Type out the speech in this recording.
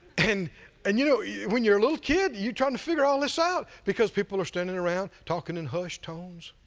and and you know yeah when you're a little kid and you're trying to figure all this out because people are standing around talking in hushed tones.